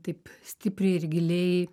taip stipriai ir giliai